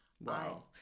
Wow